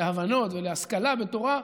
להבנות ולהשכלה בתורה,